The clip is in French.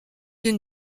une